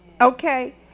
okay